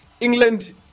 england